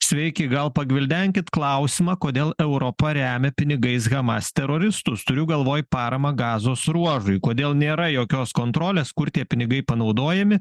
sveiki gal pagvildenkit klausimą kodėl europa remia pinigais hamas teroristus turiu galvoj paramą gazos ruožui kodėl nėra jokios kontrolės kur tie pinigai panaudojami